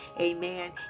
amen